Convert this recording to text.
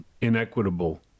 inequitable